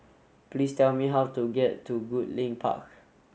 please tell me how to get to Goodlink Park